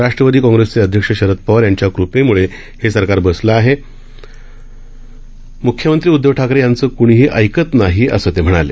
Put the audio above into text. राष्ट्रवादी काँग्रेसचे अध्यक्ष शरद पवार यांच्या कृपेमुळे हे सरकार बसलें आहे मुख्यमंत्री उद्धव ठाकरे यांचं कुणीही ऐकत नाही असं ते म्हणाले